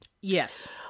Yes